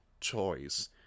choice